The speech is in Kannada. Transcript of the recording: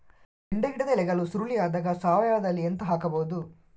ಬೆಂಡೆ ಗಿಡದ ಎಲೆಗಳು ಸುರುಳಿ ಆದಾಗ ಸಾವಯವದಲ್ಲಿ ಎಂತ ಹಾಕಬಹುದು?